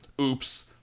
oops